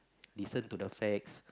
listen to the facts